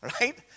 right